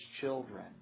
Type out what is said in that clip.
children